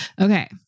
Okay